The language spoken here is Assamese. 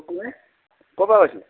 ক'ৰ পৰা কৈছোঁ